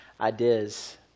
ideas